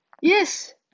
yes